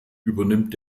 übernimmt